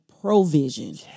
provision